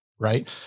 right